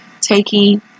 taking